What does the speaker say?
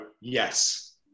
yes